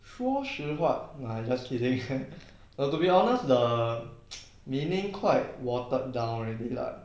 说实话 no I just kidding well to be honest the meaning quite watered down already lah